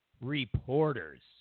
Reporters